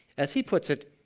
as he puts it,